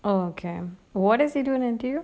oh damn what does he do in N_T_U